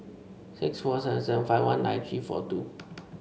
six four seven seven five one nine three four two